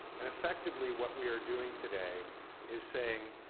and effectively, what we are doing today is saying,